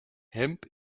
hemp